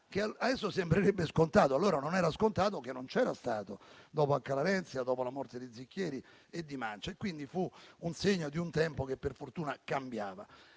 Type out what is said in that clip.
che adesso sembrerebbe scontato, ma che allora non lo era (e infatti non c'era stato dopo Acca Larenzia, dopo la morte di Zicchieri e di Mancia), quindi fu il segno di un tempo che per fortuna cambiava.